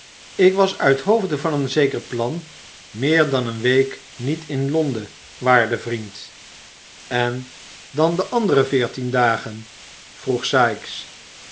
ik was uithoofde van een zeker plan meer dan eene week niet in londen waarde vriend en dan de andere veertien dagen vroeg sikes